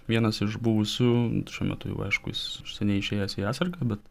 vienas iš buvusių šiuo metu jau aišku jis neišėjęs į atsargą bet